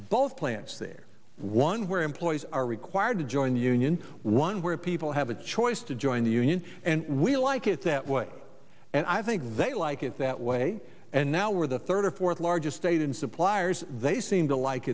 both plants there one where employees are required to join the union one where people have a choice to join the union and we like it that way and i think they like it that way and now we're the third or fourth largest state in suppliers they seem to like